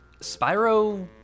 Spyro